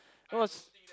it was